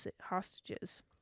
hostages